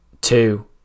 two